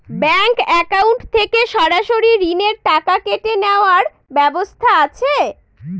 Bank account থেকে সরাসরি ঋণের টাকা কেটে নেওয়ার ব্যবস্থা আছে?